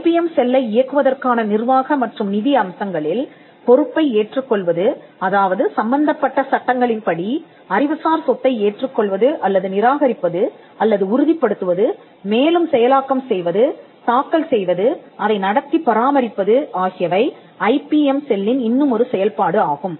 IBM செல்லை இயக்குவதற்கான நிர்வாக மற்றும் நிதி அம்சங்களில் பொறுப்பை ஏற்றுக்கொள்வது அதாவது சம்மந்தப்பட்ட சட்டங்களின் படி அறிவுசார் சொத்தை ஏற்றுக் கொள்வது அல்லது நிராகரிப்பது அல்லது உறுதிப்படுத்துவது மேலும் செயலாக்கம் செய்வது தாக்கல் செய்வது அதை நடத்திப் பராமரிப்பதுஆகியவை ஐபிஎம் செல்லின் இன்னுமொரு செயல்பாடு ஆகும்